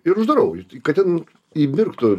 ir uždarau kad ten įmirktų